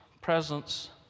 presence